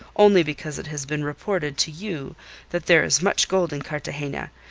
only because it has been reported to you that there is much gold in cartagena,